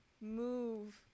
move